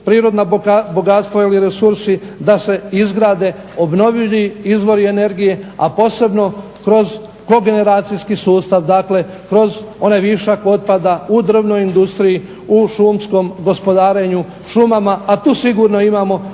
prirodna bogatstva ili resursi da se izgrade obnovljivi izvori energije, a posebno kroz kogeneracijski sustav, dakle kroz onaj višak otpada u drvnoj industriji, u šumskom gospodarenju šumama, a tu sigurno imamo